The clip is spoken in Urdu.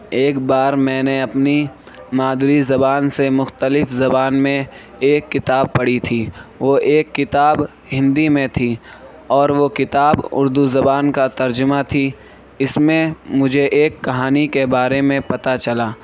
ایک بار میں نے اپنی مادری زبان سے مختلف زبان میں ایک کتاب پڑھی تھی وہ ایک کتاب ہندی میں تھی اور وہ کتاب اردو زبان کا ترجمہ تھی اس میں مجھے ایک کہانی کے بارے میں پتا چلا